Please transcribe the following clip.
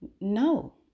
No